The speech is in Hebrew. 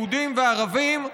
יהודים וערבים,